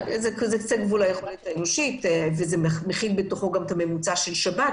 זה קצה גבול היכולת האנושית וזה מכיל בתוכו גם את הממוצע של שבת,